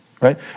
right